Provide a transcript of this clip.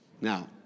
Now